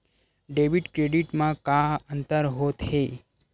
Debit credit मा का अंतर होत हे?